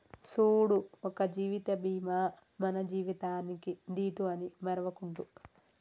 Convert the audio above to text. సూడు ఒక జీవిత బీమా మన జీవితానికీ దీటు అని మరువకుండు